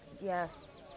Yes